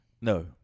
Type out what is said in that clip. No